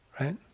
right